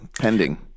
pending